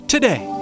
Today